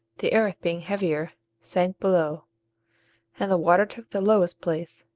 the earth, being heavier, sank below and the water took the lowest place,